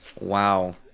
wow